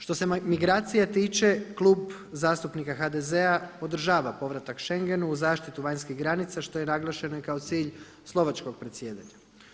Što se migracija tiče Klub zastupnika HDZ-a podržava povratak Schengenu uz zaštitu vanjskih granica što je naglašeno i kao cilj slovačkog predsjedanja.